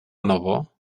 nowo